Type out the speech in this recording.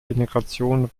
generation